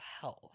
health